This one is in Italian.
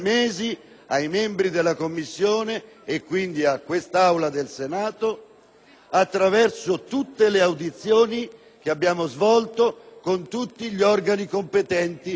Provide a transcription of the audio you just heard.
attraverso le audizioni che abbiamo svolto con tutti gli organi competenti che producono queste informazioni. Diverso è l'argomento